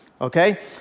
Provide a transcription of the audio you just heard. Okay